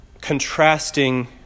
contrasting